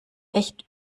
echt